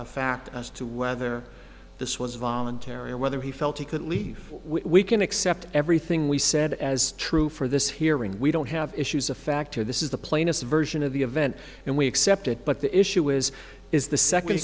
fact as to whether this was voluntary or whether he felt he could leave we can accept everything we said as true for this hearing we don't have issues a factor this is the plaintiff's version of the event and we accept it but the issue is is the second